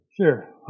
Sure